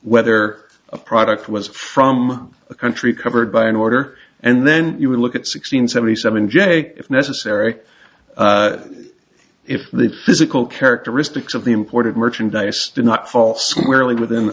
whether a product was from a country covered by an order and then you would look at six hundred seventy seven j if necessary if the physical characteristics of the imported merchandise did not fall squarely within